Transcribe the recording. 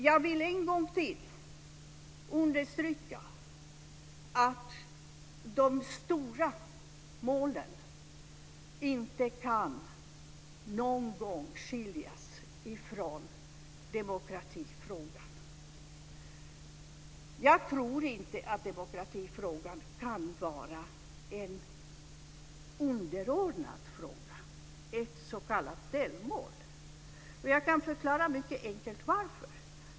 Jag vill än en gång understryka att de stora målen inte någon gång kan skiljas från demokratifrågan. Jag tror inte att demokratifrågan kan vara en underordnad fråga, ett s.k. delmål. Jag kan mycket enkelt förklara varför.